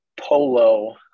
polo